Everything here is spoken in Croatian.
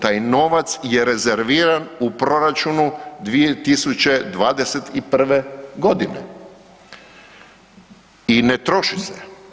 Taj novac je rezerviran u proračunu 2021. godine i ne troši se.